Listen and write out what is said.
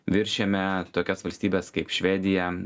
viršijame tokias valstybes kaip švedija